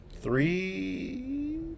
three